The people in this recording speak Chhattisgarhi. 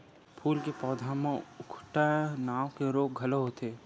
फूल के पउधा म उकठा नांव के रोग घलो होथे